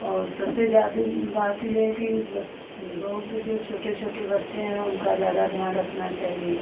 और सबसे ज़्यादे बात ये है कि बच्च गौ के जो छोटे छोटे बच्चे हैं उनका ज़्यादा ध्यान रखना चाहिए